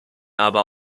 aber